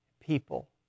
people